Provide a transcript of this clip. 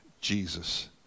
Jesus